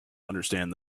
understand